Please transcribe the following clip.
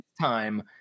time